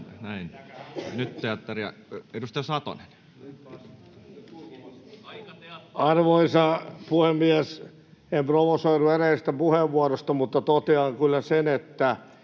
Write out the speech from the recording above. Time: 15:35 Content: Arvoisa puhemies! En provosoidu edellisestä puheenvuorosta, mutta totean kyllä sen, että